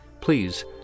please